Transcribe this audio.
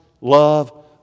love